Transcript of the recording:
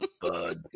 Bud